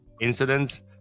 incidents